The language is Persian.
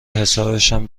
حسابشم